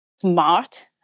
smart